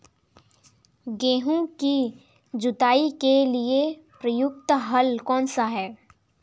गेहूँ की जुताई के लिए प्रयुक्त हल कौनसा है?